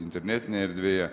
internetinėje erdvėje